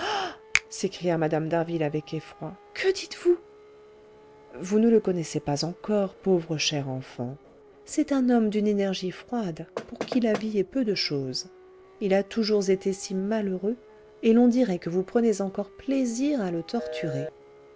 s'écria mme d'harville avec effroi que dites-vous vous ne le connaissez pas encore pauvre chère enfant c'est un homme d'une énergie froide pour qui la vie est peu de chose il a toujours été si malheureux et l'on dirait que vous prenez encore plaisir à le torturer